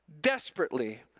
desperately